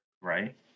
Right